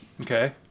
Okay